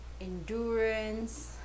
endurance